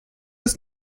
ist